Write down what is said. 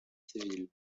civil